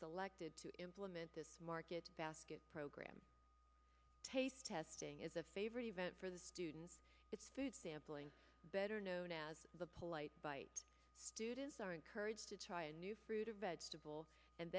selected to implement this market basket program taste testing is a favored event for the students its food sampling better known as the polite bite students are encouraged to try a new fruit or vegetable and